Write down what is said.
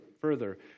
further